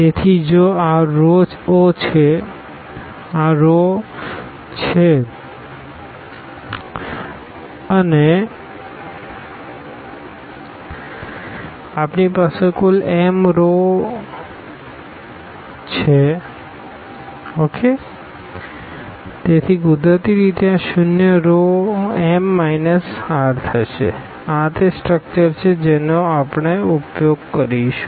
તેથી જો આ રો છે અને આપણી પાસે કુલ m રો છે તેથી કુદરતી રીતે આ zero row m minus r હશે આ તે સ્ટ્રક્ચરછે જેનો આપણે ઉપયોગ કરીશું